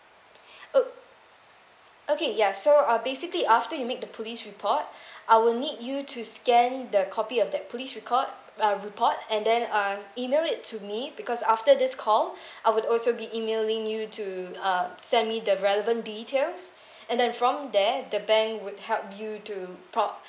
o~ okay ya so uh basically after you make the police report I will need you to scan the copy of that police record uh report and then uh email it to me because after this call I will also be emailing you to uh send me the relevant details and then from there the bank would help you do prop~